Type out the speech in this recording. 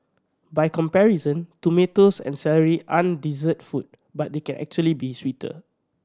by comparison tomatoes and celery aren't dessert food but they can actually be sweeter